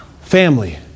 Family